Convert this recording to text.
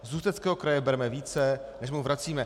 Z Ústeckého kraje bereme více, než mu vracíme.